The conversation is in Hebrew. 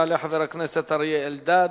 יעלה חבר הכנסת אריה אלדד.